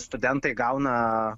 studentai gauna